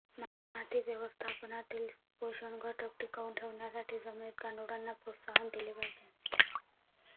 माती व्यवस्थापनातील पोषक घटक टिकवून ठेवण्यासाठी जमिनीत गांडुळांना प्रोत्साहन दिले पाहिजे